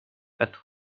and